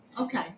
Okay